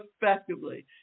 effectively